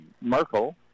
Merkel